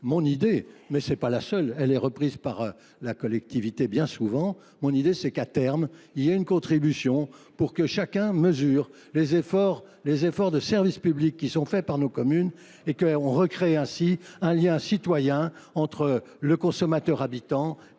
mon idée, mais ce n'est pas la seule, elle est reprise par la collectivité bien souvent, mon idée c'est qu'à terme, il y ait une contribution pour que chacun mesure les efforts de services publics qui sont faits par nos communes et qu'on recrée ainsi un lien citoyen entre le consommateur habitant et la municipalité